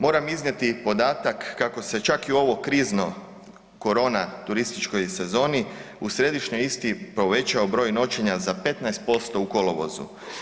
Moram iznijeti podatak kako se čak i u ovo krizno korona turističkoj sezoni u središnjoj Istri povećao broj noćenja za 15% u kolovozu.